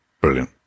Brilliant